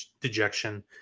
dejection